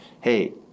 hey